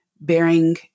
bearing